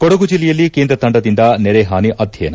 ಕೊಡಗು ಜಿಲ್ಲೆಯಲ್ಲಿ ಕೇಂದ್ರ ತಂಡದಿಂದ ನೆರೆ ಹಾನಿ ಅಧ್ಯಯನ